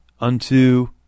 unto